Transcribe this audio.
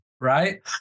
right